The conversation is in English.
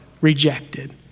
rejected